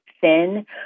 thin